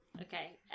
Okay